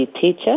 teacher